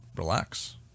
relax